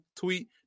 tweet